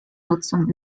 nutzung